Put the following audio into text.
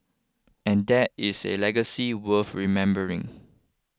and that is a legacy worth remembering